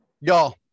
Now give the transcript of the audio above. Y'all